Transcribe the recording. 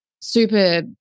super